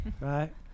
right